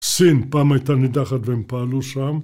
סין פעם הייתה נידחת והם פעלו שם...